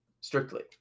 strictly